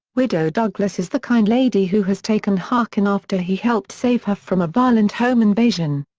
widow douglas is the kind lady who has taken huck in after he helped save her from a violent home invasion.